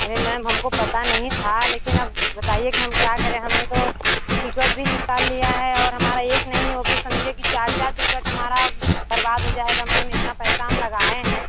अरे मैम हमको पता नहीं था लेकिन अब बताइए कि हम क्या करें हमने तो टिकट भी निकाल लिया है और हमारा एक नहीं वो भी समझिए कि चार चार टिकट हमारा बर्बाद हो जाएगा मैम इतना पैसा हम लगाए हैं